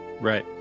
Right